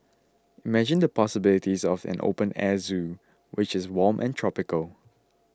imagine the possibilities of an open air zoo which is warm and tropical